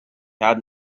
had